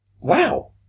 wow